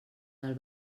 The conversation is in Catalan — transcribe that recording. del